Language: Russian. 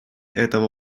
этого